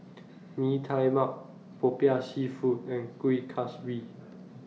Mee Tai Mak Popiah Seafood and Kueh Kaswi